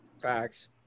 Facts